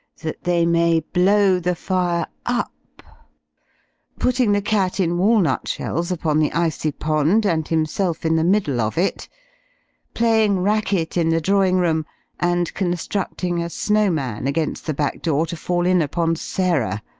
that they may blow the fire up putting the cat in walnut-shells upon the icy pond, and himself in the middle of it playing racket in the drawing-room and constructing a snow man against the back-door to fall in upon sarah,